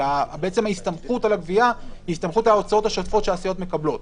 כי ההסתמכות על הגבייה היא הסתמכות על ההוצאות השוטפות שהסיעות מקבלות.